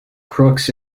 crooks